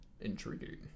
Intriguing